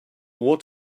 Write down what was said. what